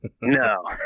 No